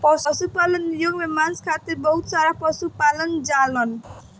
पशुपालन उद्योग में मांस खातिर बहुत सारा पशु पालल जालन